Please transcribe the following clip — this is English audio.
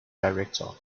director